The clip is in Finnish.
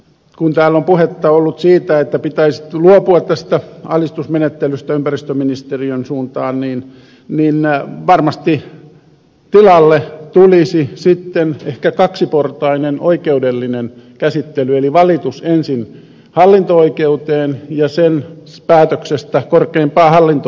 kun täällä on puhetta ollut siitä että pitäisi luopua tästä alistusmenettelystä ympäristöministeriön suuntaan niin varmasti tilalle tulisi sitten ehkä kaksiportainen oikeudellinen käsittely eli valitus ensin hallinto oikeuteen ja sen päätöksestä korkeimpaan hallinto oikeuteen